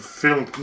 film